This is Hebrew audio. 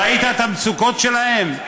ראית את המצוקות שלהם?